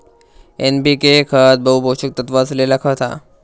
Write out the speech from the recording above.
NPK खत बहु पोषक तत्त्व असलेला खत हा